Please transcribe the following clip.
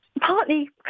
partly